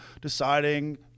deciding